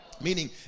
meaning